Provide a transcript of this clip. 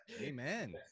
Amen